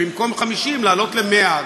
ובמקום 50 להעלות ל-100.